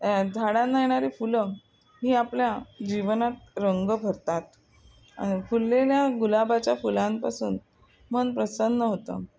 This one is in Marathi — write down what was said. या झाडांना येणारी फुलं ही आपल्या जीवनात रंग भरतात फुललेल्या गुलाबाच्या फुलांपासून मन प्रसन्न होतं